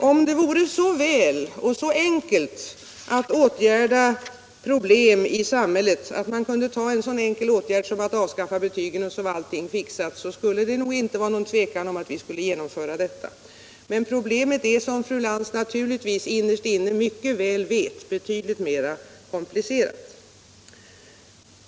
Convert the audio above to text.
Om det vore så lätt att lösa problem i samhället att man kunde vidta en sådan enkel åtgärd som att avskaffa betygen — och så vore allting fixat — så skulle vi utan tvivel genomföra denna åtgärd. Men problemet är, som fru Lantz naturligtvis innerst inne mycket väl vet, betydligt mer komplicerat.